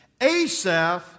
Asaph